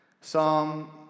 Psalm